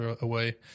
away